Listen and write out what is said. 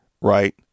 right